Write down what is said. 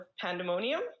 Pandemonium